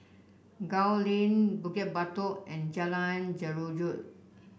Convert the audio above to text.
Gul Lane Bukit Batok and Jalan Jeruju